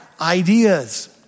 ideas